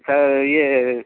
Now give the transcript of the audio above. ହଉ ଇଏ